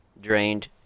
drained